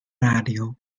radio